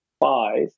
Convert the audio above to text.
five